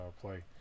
Play